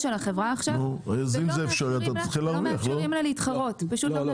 על החברה עכשיו שלא מאפשרים לה להתחרות.